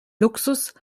luxus